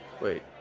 wait